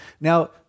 Now